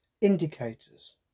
indicators